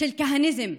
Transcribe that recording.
של כהניזם.